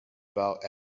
about